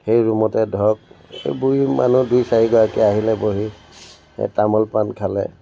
সেই ৰুমতে ধৰক এই বুঢ়ি মানুহ দুই চাৰিগৰাকী আহিলে বহি এই তামোল পান খালে